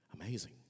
Amazing